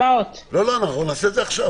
לא, אנחנו נעשה את זה עכשיו.